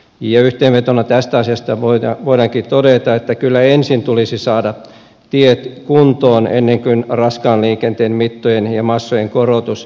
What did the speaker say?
yhteenvetona tästä asiasta voidaankin todeta että kyllä ensin tulisi saada tiet kuntoon ennen kuin raskaan liikenteen mittojen ja massojen korotus mahdollistetaan